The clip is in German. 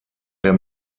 der